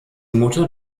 mutter